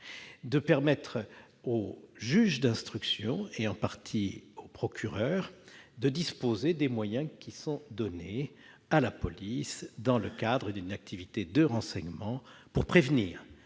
de permettre au juge d'instruction et, en partie, au procureur de la République de disposer des moyens donnés à la police dans le cadre d'une activité de renseignement pour prévenir